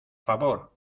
favor